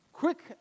Quick